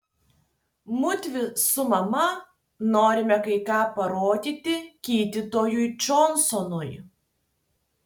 mudvi su mama norime kai ką parodyti gydytojui džonsonui